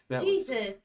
Jesus